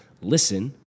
listen